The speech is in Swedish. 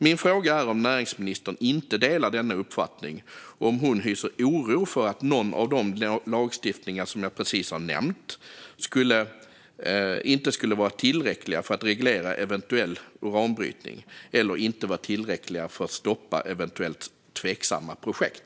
Min fråga är: Delar inte näringsministern denna uppfattning, och hyser hon oro för att de lagstiftningar jag precis har nämnt inte är tillräckliga för att reglera eventuell uranbrytning eller för att stoppa eventuellt tveksamma projekt?